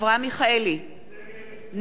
נגד אנסטסיה מיכאלי,